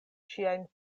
ŝiajn